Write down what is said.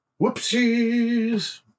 Whoopsies